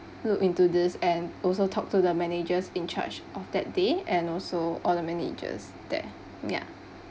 look into this and also talk to the managers in charge of that day and also all the managers there ya